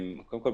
קודם כול,